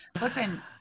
Listen